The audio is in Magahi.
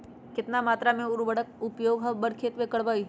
कितना मात्रा में हम उर्वरक के उपयोग हमर खेत में करबई?